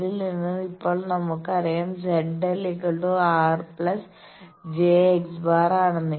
ഇതിൽ നിന്ന് ഇപ്പോൾ നമുക്ക് അറിയാം ZLR j x̄ ആണെന്ന്